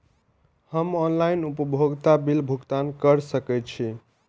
हम ऑनलाइन उपभोगता बिल भुगतान कर सकैछी?